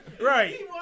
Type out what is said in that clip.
Right